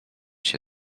się